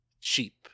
cheap